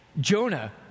Jonah